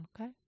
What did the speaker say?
Okay